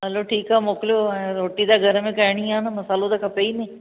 हलो ठीकु आहे मोकिलियो रोटी त घर में करणी आहे न मसालो त खपेई न